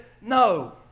no